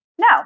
No